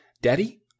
daddy